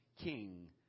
King